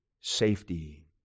safety